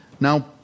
Now